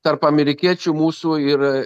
tarp amerikiečių mūsų ir